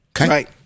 Right